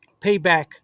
Payback